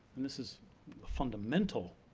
and this is fundamental